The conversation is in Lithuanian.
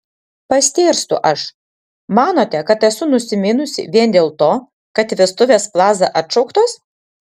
pastėrstu aš manote kad esu nusiminusi vien dėl to kad vestuvės plaza atšauktos